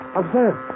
observe